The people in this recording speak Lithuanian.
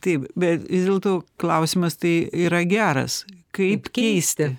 taip bet vis dėlto klausimas tai yra geras kaip keisti